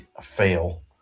fail